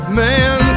man